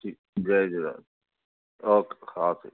ठीकु जय झूलेलाल ओके हा ओके